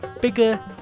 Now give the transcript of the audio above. bigger